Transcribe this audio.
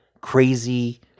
crazy